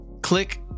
click